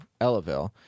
Ellaville